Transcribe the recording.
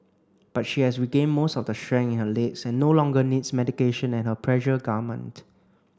but she has regained most of the strength in her legs and no longer needs medication and her pressure garment